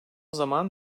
zaman